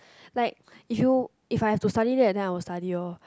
like if you if I have to study that that time I will study lor